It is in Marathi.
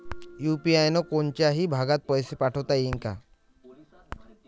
यू.पी.आय न कोनच्याही भागात पैसे पाठवता येईन का?